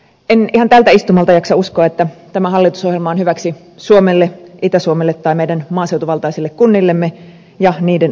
en ihan tältä istumalta jaksa uskoa että tämä hallitusohjelma on hyväksi suomelle itä suomelle tai meidän maaseutuvaltaisille kunnillemme ja niiden asukkaille